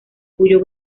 cuyo